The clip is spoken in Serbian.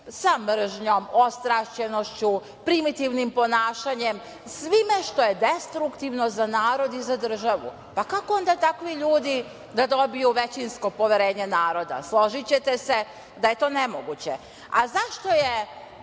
mržnjom, ostrašćenošću, primitivnim ponašanjem, svime što je destruktivno za narod i za državu. Pa kako onda takvi ljudi da dobiju većinsko poverenje naroda? Složićete se da je to nemoguće.A zašto je